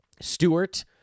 Stewart